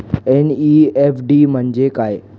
NEFT म्हणजे काय?